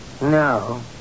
No